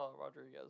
Rodriguez